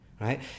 right